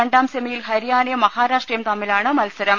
രണ്ടാം സെമിയിൽ ഹരിയാനയും മഹാരാഷ്ട്രയും തമ്മിലാണ് മത്സരം